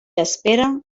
espera